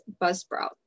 Buzzsprout